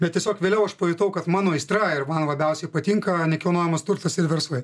bet tiesiog vėliau aš pajutau kad mano aistra ir man labiausiai patinka nekilnojamas turtas ir verslai